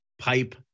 pipe